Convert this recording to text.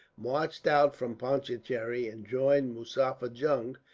marched out from pondicherry and joined muzaffar jung,